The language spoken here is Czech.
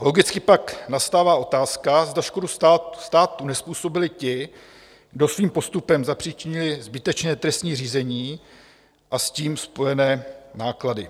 Logicky pak nastává otázka, zda škodu státu nezpůsobili ti, kdo svým postupem zapříčinili zbytečné trestní řízení a s tím spojené náklady.